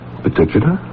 particular